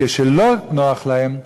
כשלא נוח להם,